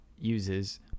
uses